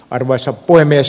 arvoisa puhemies